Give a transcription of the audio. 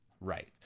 Right